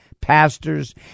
pastors